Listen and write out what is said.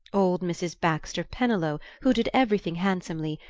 old mrs. baxter pennilow, who did everything handsomely,